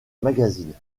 magazines